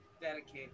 Dedicated